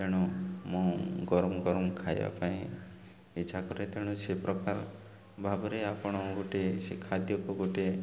ତେଣୁ ମୁଁ ଗରମ ଗରମ ଖାଇବା ପାଇଁ ଇଚ୍ଛା କରେ ତେଣୁ ସେ ପ୍ରକାର ଭାବରେ ଆପଣ ଗୋଟିଏ ସେ ଖାଦ୍ୟକୁ ଗୋଟେ